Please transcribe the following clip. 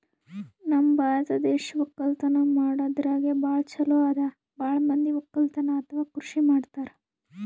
ನಮ್ ಭಾರತ್ ದೇಶ್ ವಕ್ಕಲತನ್ ಮಾಡದ್ರಾಗೆ ಭಾಳ್ ಛಲೋ ಅದಾ ಭಾಳ್ ಮಂದಿ ವಕ್ಕಲತನ್ ಅಥವಾ ಕೃಷಿ ಮಾಡ್ತಾರ್